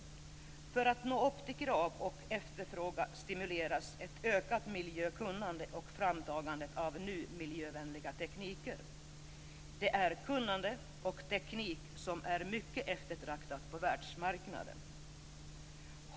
För att man skall kunna nå upp till krav och efterfrågan stimuleras ett ökat miljökunnande och framtagandet av ny miljövänlig teknik. Det är ett kunnande och en teknik som är mycket eftertraktade på världsmarknaden.